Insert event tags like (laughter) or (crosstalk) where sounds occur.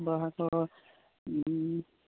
(unintelligible)